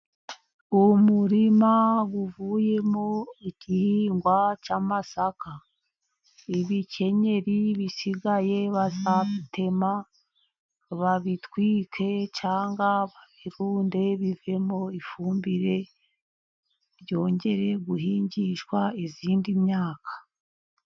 Umurima uvuyemo igihingwa cy'amasaka, ibikenyeri bisigaye bazabitema babitwike cyangwa babirunde bivemo ifumbire yongere guhingishwa indi myaka.